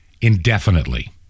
indefinitely